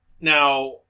Now